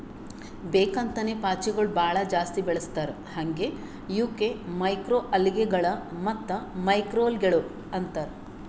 ಬೇಕ್ ಅಂತೇನೆ ಪಾಚಿಗೊಳ್ ಭಾಳ ಜಾಸ್ತಿ ಬೆಳಸ್ತಾರ್ ಹಾಂಗೆ ಇವುಕ್ ಮೈಕ್ರೊಅಲ್ಗೇಗಳ ಮತ್ತ್ ಮ್ಯಾಕ್ರೋಲ್ಗೆಗಳು ಅಂತಾರ್